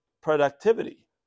productivity